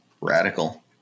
radical